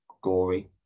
gory